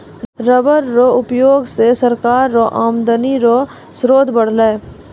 rubber रो उयोग से सरकार रो आमदनी रो स्रोत बरलै